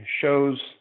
shows